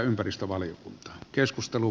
arvoisa puhemies